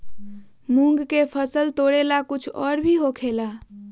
मूंग के फसल तोरेला कुछ और भी होखेला?